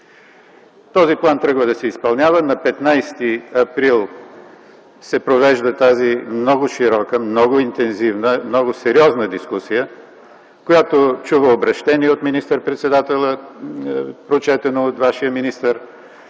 Този план тръгва да се изпълнява. На 15 април се провежда тази много широка, много интензивна, много сериозна дискусия, която чува обръщение от министър-председателя, прочетено от Вашия министър,